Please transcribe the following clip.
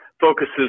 focuses